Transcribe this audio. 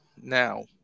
Now